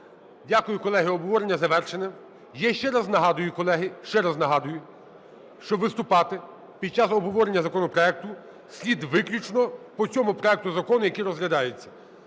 Дякую, колеги. Обговорення завершено. Я ще раз нагадую, колеги, ще раз нагадую, що виступати під час обговорення законопроекту слід виключно по цьому законопроекту, який розглядається.